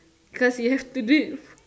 cause you have to do it